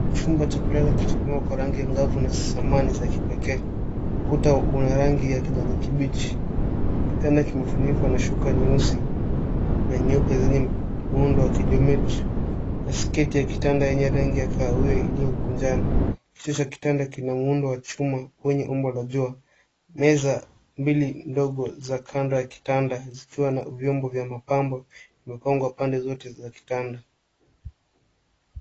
Chumba cha kulala kimajipima kwa rangi angavu na samani za kipekee. Ukuta una rangi ya kijani kibichi. Kitanda kimefunikwa na shuka nyeusi na nyeupe zenye muundo wa kijiometri na sketi ya kitanda yenye rangi ya kahawia iliyokunjana. Kichwa cha kitanda kina muundo wa chuma wenye umbo la jua. Meza mbili ndogo za kado ya kitanda zikiwa na vyombo vya mapambo zimepangwa pande zote za kitanda.